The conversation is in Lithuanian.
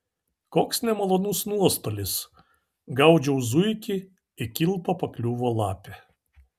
koks nemalonus nuostolis gaudžiau zuikį į kilpą pakliuvo lapė